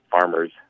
farmers